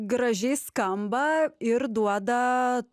gražiai skamba ir duodą